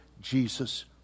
Jesus